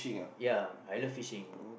ya I love fishing